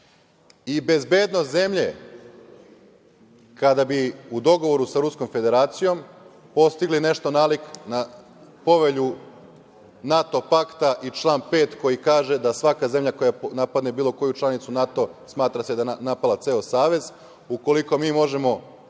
i bezbednost zemlje kada bi u dogovoru sa Ruskom Federacijom postigli nešto nalik na Povelju NATO pakta i član 5. koji kaže da svaka zemlja koja napadne bilo koju članicu NATO-a smatra se da je napala ceo savez, ukoliko mi možemo,